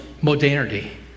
modernity